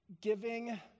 giving